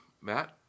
matt